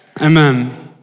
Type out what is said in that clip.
Amen